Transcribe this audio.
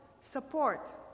support